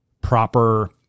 proper